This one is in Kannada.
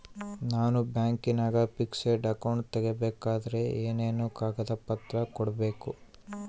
ನಾನು ಬ್ಯಾಂಕಿನಾಗ ಫಿಕ್ಸೆಡ್ ಅಕೌಂಟ್ ತೆರಿಬೇಕಾದರೆ ಏನೇನು ಕಾಗದ ಪತ್ರ ಕೊಡ್ಬೇಕು?